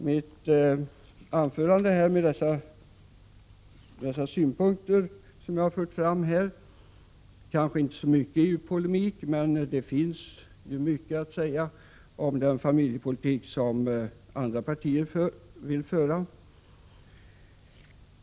Mitt anförande innehåller inte så mycket polemik, men det finns mycket att säga om den familjepolitik som de andra partierna vill föra.